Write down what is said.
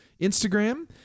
Instagram